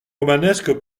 romanesque